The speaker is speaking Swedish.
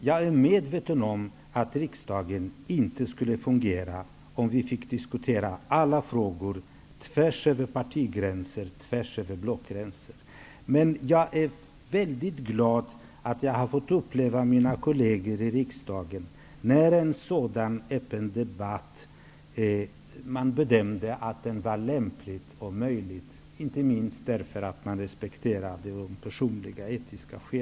Jag är medveten om att riksdagen inte skulle fungera om vi skulle diskutera alla frågor tvärs över parti och blockgränser. Jag är glad över att jag har, tillsammans med mina kolleger i riksdagen, fått uppleva när en sådan öppen debatt har ansetts vara lämplig -- inte minst för att personliga och etiska skäl har respekterats.